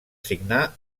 signà